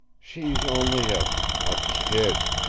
she's only a a kid,